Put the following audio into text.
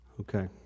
Okay